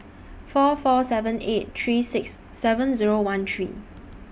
four four seven eight three six seven Zero one three